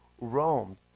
Rome